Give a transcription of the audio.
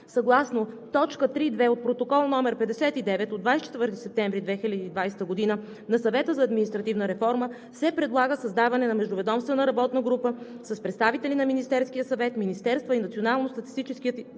съгласно т. 3.2 от Протокол № 59 от 24 септември 2020 г. на Съвета за административна реформа се предлага създаване на Междуведомствена работна група с представители на Министерския съвет, министерства и Националния статистически